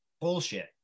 bullshit